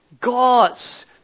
gods